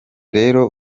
rero